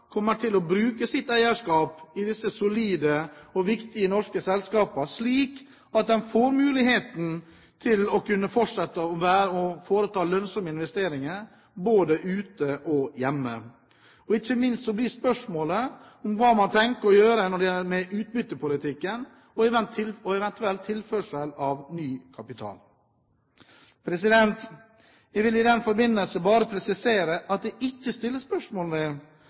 kommer til å bruke sitt eierskap i disse solide og viktige norske selskaper slik at de får muligheten til å kunne fortsette å foreta lønnsomme investeringer både ute og hjemme. Ikke minst blir spørsmålet hva man tenker å gjøre med utbyttepolitikken og eventuell tilførsel av ny kapital. Jeg vil i den forbindelse bare presisere at jeg ikke stiller spørsmål ved om disse selskapene har en trygg og solid økonomi eller ikke, for det